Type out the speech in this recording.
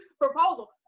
proposal